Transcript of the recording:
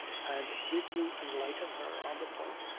and did you enlighten her on the point?